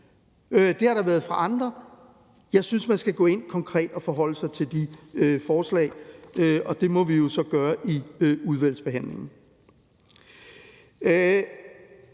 det har der været fra andre. Jeg synes, man skal gå ind konkret og forholde sig til de forslag, og det må vi jo så gøre i udvalgsbehandlingen.